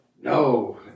No